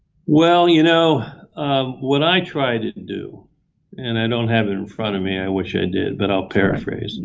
well, you know, um what i try to and do and i don't have it in front of me. i wish i did, but i'll paraphrase.